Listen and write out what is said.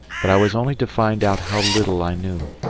but i was only to find out how little i knew.